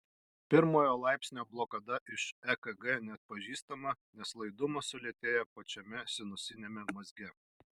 pirmojo laipsnio blokada iš ekg neatpažįstama nes laidumas sulėtėja pačiame sinusiniame mazge